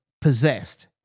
possessed